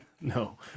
No